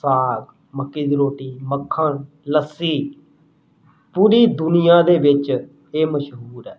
ਸਾਗ ਮੱਕੀ ਦੀ ਰੋਟੀ ਮੱਖਣ ਲੱਸੀ ਪੂਰੀ ਦੁਨੀਆ ਦੇ ਵਿੱਚ ਇਹ ਮਸ਼ਹੂਰ ਹੈ